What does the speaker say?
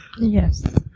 Yes